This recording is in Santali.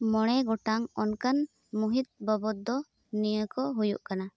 ᱢᱚᱬᱮ ᱜᱚᱴᱟᱝ ᱚᱱᱠᱟᱱ ᱢᱚᱦᱤᱛ ᱵᱟᱵᱚᱛ ᱫᱚ ᱱᱤᱭᱟᱹ ᱠᱚ ᱦᱩᱭᱩᱜ ᱠᱟᱱᱟ